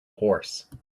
horse